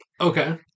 Okay